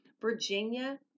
Virginia